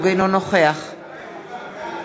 בעד שרן השכל,